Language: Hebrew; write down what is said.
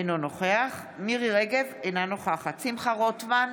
אינו נוכח מירי מרים רגב, אינה נוכחת שמחה רוטמן,